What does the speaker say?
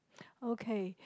okay